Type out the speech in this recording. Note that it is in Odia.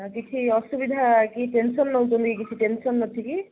ଆଉ କିଛି ଅସୁବିଧା କି ଟେନସନ୍ ନେଉଛନ୍ତି କି କିଛି ଟେନସନ୍ ଅଛି କି